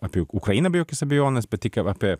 apie ukrainą be jokios abejonės bet tik apie